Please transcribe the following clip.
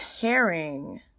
pairing